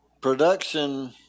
production